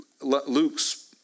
Luke's